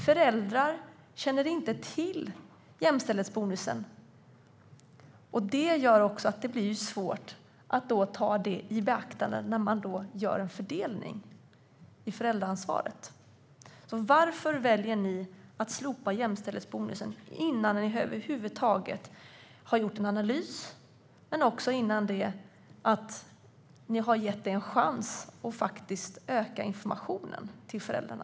Föräldrar känner inte till jämställdhetsbonusen, och det gör också att det blir svårt att ta den i beaktande vid fördelningen av föräldraansvaret. Varför väljer ni att slopa jämställdhetsbonusen innan ni över huvud taget har gjort en analys och innan ni har gett bonusen en chans genom att öka informationen till föräldrarna?